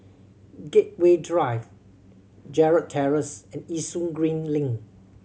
Gateway Drive Gerald Terrace and Yishun Green Link